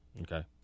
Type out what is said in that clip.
Okay